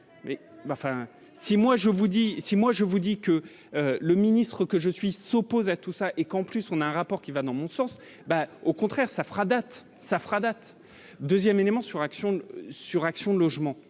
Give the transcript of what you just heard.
si moi je vous dis que le ministre que je suis s'oppose à tout ça et qu'en plus on a un rapport qui va dans mon sens, ben, au contraire, ça fera date, ça fera date 2ème élément sur actions sur